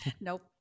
nope